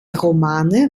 romane